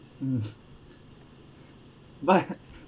mm but